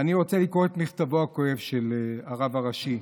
ואני רוצה לקרוא את מכתבו הכואב של הרב הראשי: